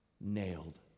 nailed